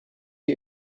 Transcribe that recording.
you